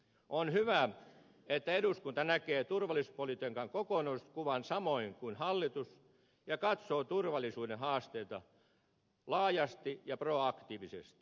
on hyvä että eduskunta näkee turvallisuuspolitiikan kokonaiskuvan samoin kuin hallitus ja katsoo turvallisuuden haasteita laajasti ja proaktiivisesti